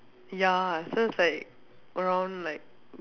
ya so it's like around like